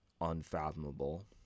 unfathomable